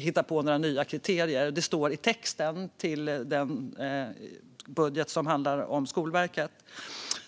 hitta på några nya kriterier. Det står i texten i den del av budgeten som handlar om Skolverket.